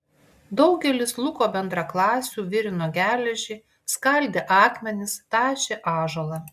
daugelis luko bendraklasių virino geležį skaldė akmenis tašė ąžuolą